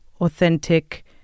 authentic